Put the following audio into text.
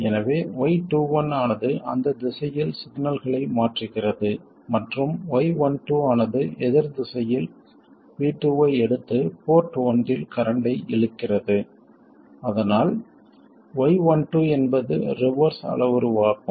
எனவே y21 ஆனது அந்த திசையில் சிக்னல்களை மாற்றுகிறது மற்றும் y12 ஆனது எதிர் திசையில் V2 ஐ எடுத்து போர்ட் ஒன்றில் கரண்ட்டை இழுக்கிறது அதனால் y12 என்பது ரிவர்ஸ் அளவுருவாகும்